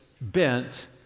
bent